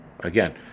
again